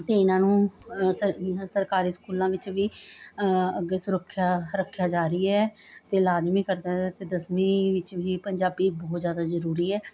ਅਤੇ ਇਨ੍ਹਾਂ ਨੂੰ ਸ ਸਰਕਾਰੀ ਸਕੂਲਾਂ ਵਿੱਚ ਵੀ ਅੱਗੇ ਸੁਰੱਖਿਆ ਰੱਖਿਆ ਜਾ ਰਹੀ ਹੈ ਅਤੇ ਲਾਜ਼ਮੀ ਕਰਤਾ ਅਤੇ ਦਸਵੀਂ ਵਿੱਚ ਵੀ ਪੰਜਾਬੀ ਬਹੁਤ ਜ਼ਿਆਦਾ ਜ਼ਰੂਰੀ ਹੈ